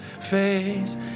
face